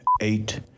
eight